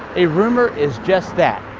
a rumor is just that,